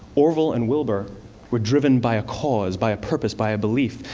orville and wilbur were driven by a cause, by a purpose, by a belief.